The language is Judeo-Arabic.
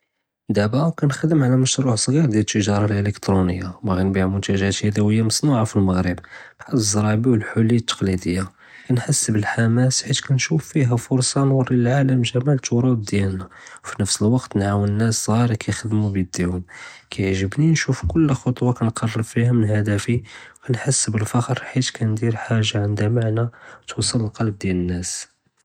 דאבּא כּנְחְדֶם עלא משְׁרוּע צְגִ'יר לִתְתִגָארָה אלאִלֶכְטרוֹנִיָה בָּאגִי נבִּיּע מֻנְתְוָאגָאת יַדוִיָה מצְנוּעָה פִּלמָעְ'רִבּ בּחאל זראבִּי וּלחְלִי תּקְּלִידִיָה, כּנחס בּאלחְמָאס חִית כּנְשוּף פִיהָא פֻרְצָה נוּרִי לִלעָאלֶם גְ'מָאל תּורָאת דִיאַלנָא, פִּי נַפְס אלוּקּת כּנְעָאוֶן נָאס צְגָארִי כּיַחְדְמוּ בּיְדִיהוּם. כּיַעזבּנִי נְשוּף כּוּל חְטְוָה כּנְתְקָּרֶבּ פִיהָא מן אַהְדָאפִי כּנחס בּאלפְחְ'ר, חִית כּנְדִיר חָאגָה ענדָא מַענָא תְּוַסַל לִקלְבּ דִיאַל נָאס.